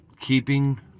keeping